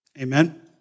Amen